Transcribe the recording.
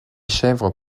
chèvres